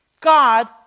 God